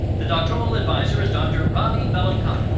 the doctoral advisor is dr. ravi bellamkonda.